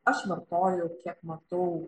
aš vartoju kiek matau